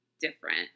different